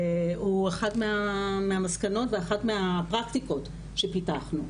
הוא אחד מהמסקנות ואחת מהפרקטיקות שפיתחנו.